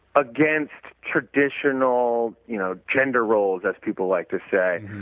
against traditional you know gender roles, as people like to say.